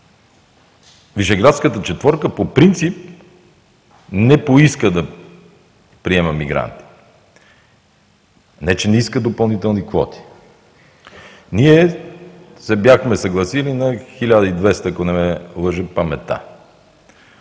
Висшеградската четворка по принцип не поиска да приема мигранти, не че не иска допълнителни квоти. Ние се бяхме съгласили на 1200, ако не ме лъже паметта,